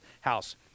house